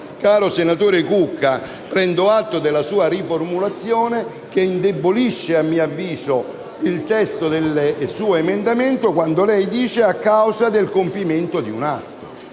Caro senatore Cucca, prendo atto della sua riformulazione che indebolisce, a mio avviso, il testo del suo emendamento quando dice: «a causa del compimento di un atto».